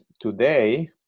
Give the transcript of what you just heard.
today